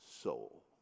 soul